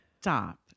Stop